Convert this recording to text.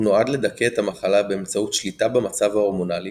הוא נועד לדכא את המחלה באמצעות שליטה במצב ההורמונלי